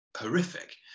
horrific